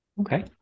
Okay